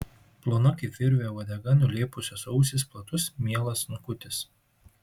plona kaip virvė uodega nulėpusios ausys platus mielas snukutis